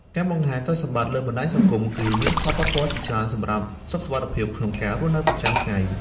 ការបង្ហាញទ្រព្យសម្បត្តិលើបណ្តាញសង្គមគឺមានផលប៉ះជាច្រើនសម្រាប់សុខវត្ថិភាពក្នុងការរស់ប្រចាំថ្ងៃ។